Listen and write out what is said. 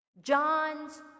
John's